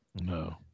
No